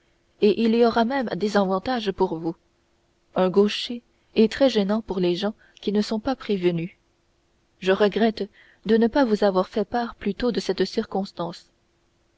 et il y aura même désavantage pour vous un gaucher est très gênant pour les gens qui ne sont pas prévenus je regrette de ne pas vous avoir fait part plus tôt de cette circonstance